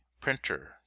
printer